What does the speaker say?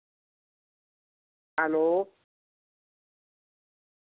hello